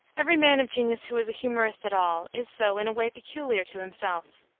every man of genius who is a humorist at all is so in a way peculiar to himself.